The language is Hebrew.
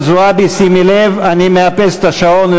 הכנסת שמולי, נא לצאת מן האולם.